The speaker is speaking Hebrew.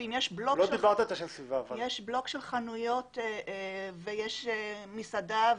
יש בלוק של חנויות ויש מסעדה,